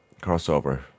crossover